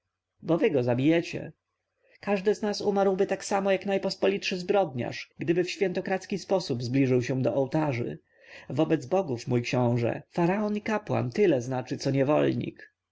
wy go zabijecie każdy z nas umarłby tak samo jak najpospolitszy zbrodniarz gdyby w świętokradzki sposób zbliżył się do ołtarzy wobec bogów mój książę faraon i kapłan tyle znaczy co niewolnik